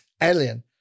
alien